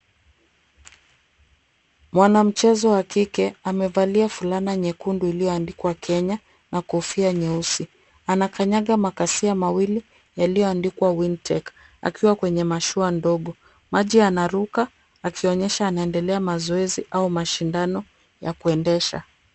Mwanamchezo wa kike amevalia fulana nyekundu iliyoandikwa Kenya na kofia nyeusi. Anakanyaga makasia mawili yaliyoandikwa wintech akiwa kwenye mashua ndogo. Maji yanaruka akionyesha anaendeleza mazoezi au mashindano ya kuendesha.